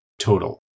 total